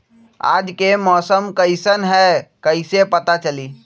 आज के मौसम कईसन हैं कईसे पता चली?